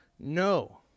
No